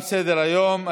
תם סדר-היום.